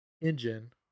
engine